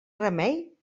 remei